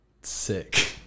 Sick